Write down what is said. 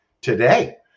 today